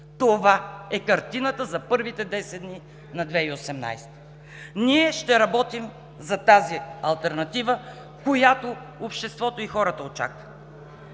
Това е картината за първите 10 дни на 2018 г. Ние ще работим за тази алтернатива, която обществото и хората очакват.